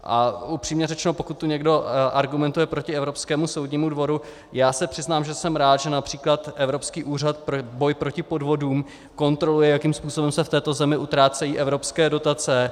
A upřímně řečeno, pokud tu někdo argumentuje proti Evropskému soudnímu dvoru, já se přiznám, že jsem rád, že např. Evropský úřad pro boj proti podvodům kontroluje, jakým způsobem se v této zemi utrácejí evropské dotace.